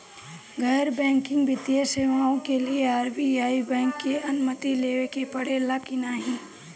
गैर बैंकिंग वित्तीय सेवाएं के लिए आर.बी.आई बैंक से अनुमती लेवे के पड़े ला की नाहीं?